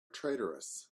traitorous